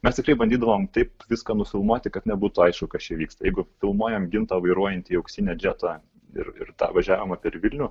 mes tikrai bandydavom taip viską nufilmuoti kad nebūtų aišku kas čia vyksta jeigu filmuojam gintą vairuojantį auksinę džetą ir ir tą važiavimą per vilnių